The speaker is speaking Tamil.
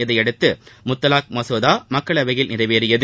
இதையடுத்து முத்தலாக் மசோதா மக்களவையில் நிறைவேறியது